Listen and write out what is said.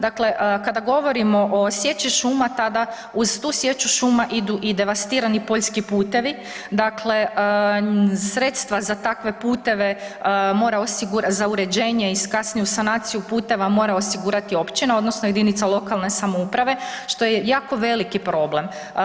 Dakle, kada govorimo o sječi šuma, tada uz tu sječu šuma idu i devastirani poljski putevi, dakle, sredstva za takve puteve mora osigurati, za uređenje i kasniju sanaciju puteva mora osigurati općina, odnosno jedinica lokalne samouprave, što je jako veliki problem.